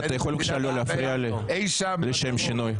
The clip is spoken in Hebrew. אתה יכול בבקשה לא להפריע לי, לשם שינוי?